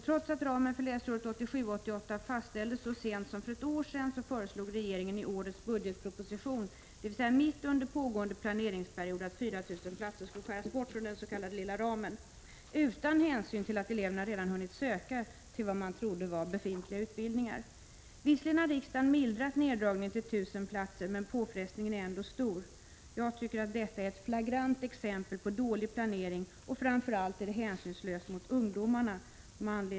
Trots att ramen för läsåret 1987/88 fastställdes så sent som för ett år sedan föreslog regeringen i årets budgetproposition, dvs. mitt under pågående planeringsperiod, att 4 000 platser skulle skäras bort från den s.k. lilla ramen utan hänsyn till att eleverna redan hade hunnit söka till vad de trodde var befintliga utbildningar. Visserligen har riksdagen mildrat neddragningen till 1 000 platser, men påfrestningen är ändå stor. Jag tycker att det är ett flagrant exempel på dålig planering, och framför allt är det hänsynslöst mot ungdomarna.